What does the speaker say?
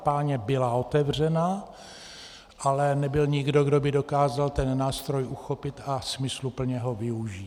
Páně byla otevřena, ale nebyl nikdo, kdo by dokázal ten nástroj uchopit a smysluplně ho využít.